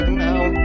now